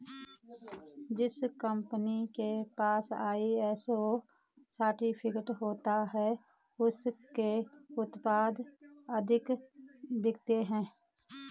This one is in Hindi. जिस कंपनी के पास आई.एस.ओ सर्टिफिकेट होता है उसके उत्पाद अधिक बिकते हैं